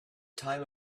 time